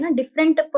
different